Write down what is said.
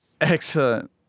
Excellent